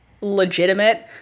legitimate